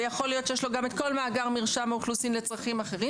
ויכול להיות שיש לו גם כל מאגר מרשם האוכלוסין לצרכים אחרים,